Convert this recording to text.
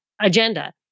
agenda